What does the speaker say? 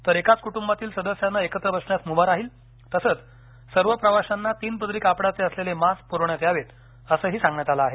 तर एकाच कुटुंबातील सदस्यांना एकत्र बसण्यास मुभा राहील तसंच सर्व प्रवाशांना तीन पदरी कापडाचे असलेले मास्क पुरवण्यात यावेत असंही सांगण्यात आलं आहे